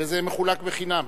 וזה מחולק חינם.